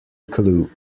clue